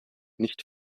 nicht